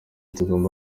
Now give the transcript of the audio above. tugomba